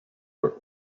are